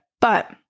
But-